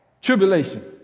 tribulation